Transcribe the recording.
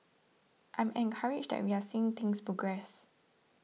I'm encouraged that we're seeing things progress